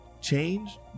Change